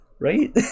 right